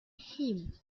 him